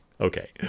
Okay